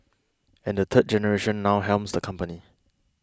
and the third generation now helms the company